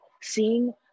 seeing